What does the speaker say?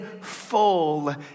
full